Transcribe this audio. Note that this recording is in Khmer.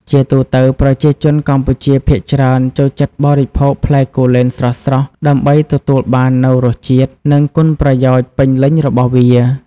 ជាទូទៅ ប្រជាជនកម្ពុជាភាគច្រើនចូលចិត្តបរិភោគផ្លែគូលែនស្រស់ៗ ដើម្បីទទួលបាននូវរសជាតិ និងគុណប្រយោជន៍ពេញលេញរបស់វា។